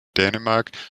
dänemark